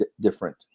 different